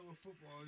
football